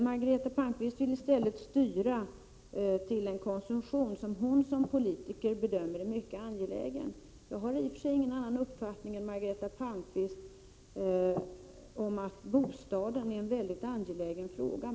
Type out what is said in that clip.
Margareta Palmqvist vill i stället styra pengarna till en konsumtion som hon som politiker bedömer är mycket angelägen. Jag har i och för sig ingen annan uppfattning än Margareta Palmqvist — bostaden är en angelägen sak.